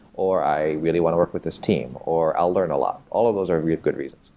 or i really want to work with this team, or i'll learn a lot. all of those are really good reasons.